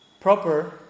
proper